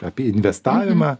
apie investavimą